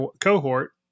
cohort